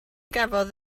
gafodd